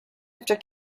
after